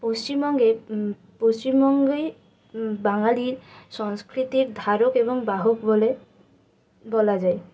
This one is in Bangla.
পশ্চিমবঙ্গের পশ্চিমবঙ্গই বাঙালি সংস্কৃতির ধারক এবং বাহক বলে বলা যায়